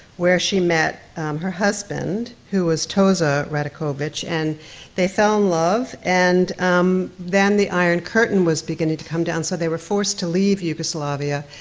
where she met her husband, who was toza radakovich, and they fell in love, and then the iron curtain was beginning to come down, and so they were forced to leave yugoslavia,